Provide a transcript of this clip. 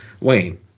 Wayne